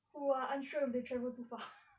who are unsure if they travel too far